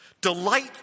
Delight